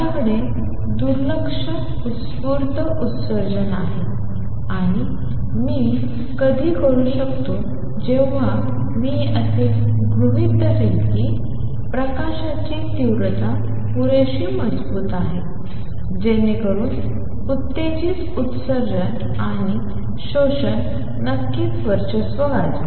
माझ्याकडे दुर्लक्ष उत्स्फूर्त उत्सर्जन आहे आणि मी कधी करू शकतो जेव्हा मी असे गृहित धरेल की प्रकाशाची तीव्रता पुरेशी मजबूत आहे जेणेकरून उत्तेजित उत्सर्जन आणि शोषण नक्कीच तेथे वर्चस्व गाजवेल